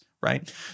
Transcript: right